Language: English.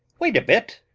wait a bit.